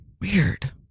Weird